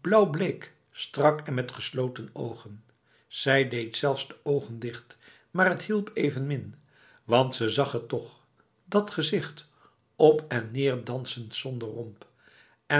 blauwbleek strak en met gesloten ogen zij deed zelfs de ogen dicht maar t hielp evenmin want ze zag het toch dat gezicht op en neer dansend zonder romp